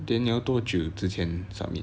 then 你要多久之前 submit